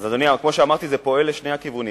אז, אדוני, כמו שאמרתי, זה פועל לשני הכיוונים.